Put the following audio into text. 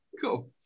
cool